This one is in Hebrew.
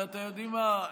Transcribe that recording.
ואתם יודעים מה,